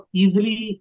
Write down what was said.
easily